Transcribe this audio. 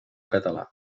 català